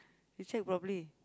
you check properly